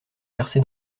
versé